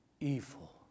evil